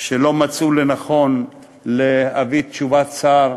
שלא מצאו לנכון להביא תשובת שר,